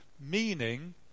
Meaning